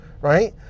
right